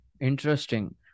interesting